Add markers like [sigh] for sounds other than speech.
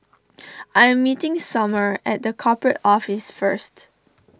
[noise] I am meeting [noise] Somer at the Corporate Office first